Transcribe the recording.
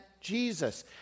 Jesus